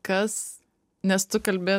kas nes tu kalbi